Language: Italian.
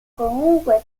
comunque